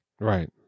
Right